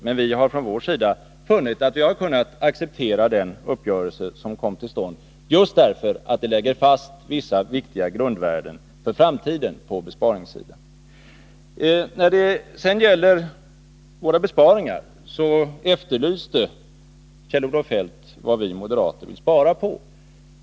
Men vi har från vår sida funnit att vi har kunnat acceptera den uppgörelse som kom till stånd, just därför att den lägger fast vissa viktiga grundvärden för framtiden på besparingssidan. När det sedan gäller våra besparingar, så efterlyste Kjell-Olof Feldt vad vi moderater vill spara på.